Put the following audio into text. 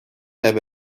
have